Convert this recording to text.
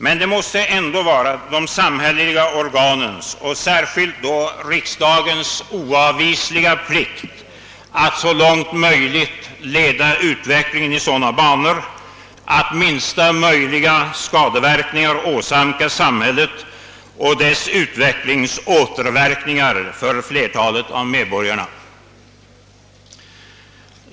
Men det måste ändå vara de samhälleliga organens och särskilt riksdagens oavvisliga' plikt att så långt möjligt leda utvecklingen i sådana banor att minsta möjliga skadeverkningar åsamkas samhället och flertalet av medborgarna.